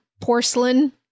porcelain